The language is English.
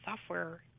software